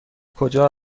کجا